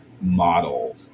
model